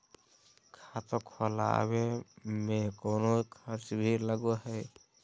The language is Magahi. खाता खोलावे में कौनो खर्चा भी लगो है?